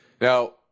Now